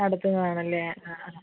അടുത്തൂന്ന് വേണമല്ലേ ആ